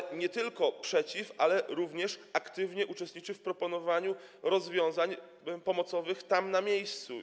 Polska nie tylko jest przeciw, ale również aktywnie uczestniczy w proponowaniu rozwiązań pomocowych tam, na miejscu.